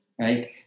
right